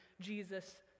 Jesus